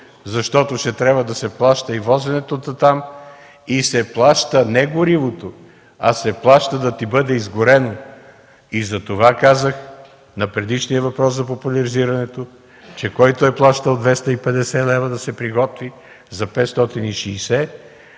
защото ще трябва да се плаща и возенето дотам, и се плаща не горивото, а се плаща да ти бъде изгорено. Затова, на предишния въпрос за популяризирането, казах, че който е плащал 250 лв., да се приготви за 560,